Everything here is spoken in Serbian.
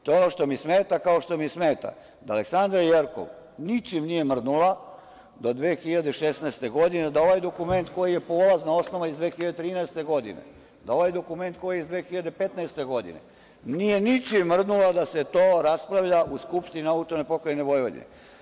To je ono što mi smeta, kao što mi smeta da Aleksandra Jerkov, ničem nije mrdnula do 2016. godine, da ovaj dokument koji je polazna osnova iz 2013. godine, da ovaj dokument koji je iz 2015. godine, nije ničim mrdnula da se to raspravlja u Skupštini AP Vojvodine.